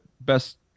best